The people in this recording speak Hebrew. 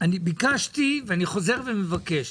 ביקשתי ואני חוזר ומבקש.